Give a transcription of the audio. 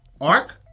Arc